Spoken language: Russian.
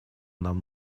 нам